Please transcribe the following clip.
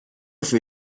für